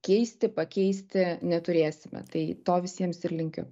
keisti pakeisti neturėsime tai to visiems ir linkiu